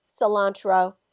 cilantro